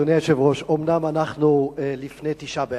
אדוני היושב-ראש, אומנם אנחנו לפני ט' באב,